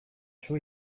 chaud